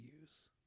use